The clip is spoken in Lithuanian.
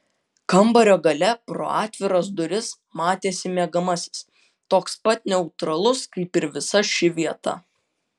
kambario gale pro atviras duris matėsi miegamasis toks pat neutralus kaip ir visa ši vieta